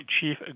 chief